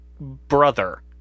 brother